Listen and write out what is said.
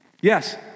Yes